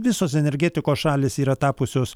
visos energetikos šalys yra tapusios